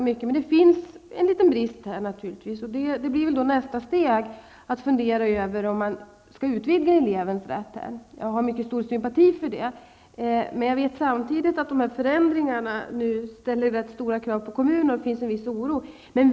Men det finns en liten brist här naturligtvis, och nästa steg blir väl att fundera över om man skall utvidga elevens rätt att välja. Jag har mycket stor sympati för det, men jag vet samtidigt att förändringarna nu ställer rätt stora krav på kommunerna och att det finns en viss oro.